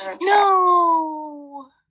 no